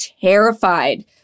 terrified